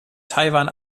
taiwan